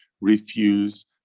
refuse